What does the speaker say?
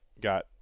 got